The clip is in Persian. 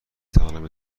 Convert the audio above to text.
توانم